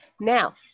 Now